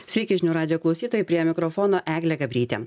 sveiki žinių radijo klausytojai prie mikrofono eglė gabrytė